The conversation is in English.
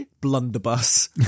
blunderbuss